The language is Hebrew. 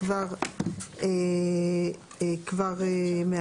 יש לנו כאן בקשה שלכם להקדים בעצם את